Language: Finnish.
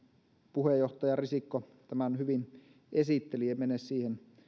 puheenjohtaja risikko tämän hyvin esitteli en mene siihen